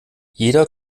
jeder